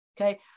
okay